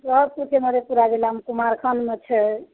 सभकिछु मधेपुरा जिलामे कुमारखण्डमे छै